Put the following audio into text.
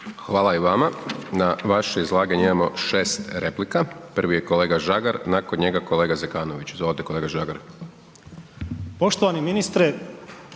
Hvala i vama. Na vaše izlaganje imamo 6 replika, prvi je kolega Žagar, nakon njega kolega Zekanović, izvolite kolega Žagar. **Žagar, Tomislav